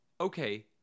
okay